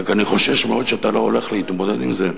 רק אני חושש מאוד שאתה לא הולך להתמודד עם זה.